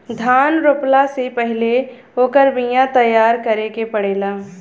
धान रोपला से पहिले ओकर बिया तैयार करे के पड़ेला